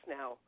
now